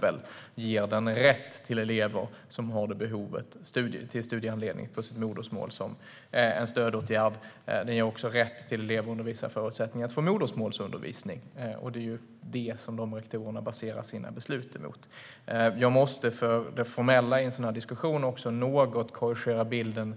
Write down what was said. Den ger till exempel elever som har det behovet rätt till studiehandledning på sitt modersmål som en stödåtgärd. Den ger också rätt till elever att under vissa förutsättningar få modersmålsundervisning. Det är vad rektorerna baserar sina beslut på. Jag måste för det formella i en sådan här diskussion också något korrigera bilden